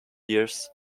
years